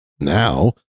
now